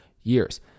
years